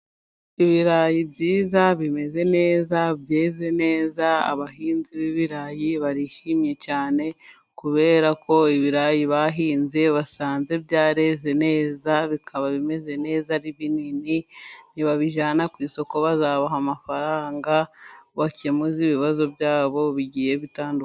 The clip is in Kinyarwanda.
Ibirayi byiza bimeze neza byeze neza, abahinzi b'ibirayi barishimye cyane kuberako ibirayi bahinze basanze byareze neza bikaba bimeze neza ari binini ,nibabijyana ku isoko bazabaha amafaranga bakemuze ibibazo byabo bigiye bitandukanye.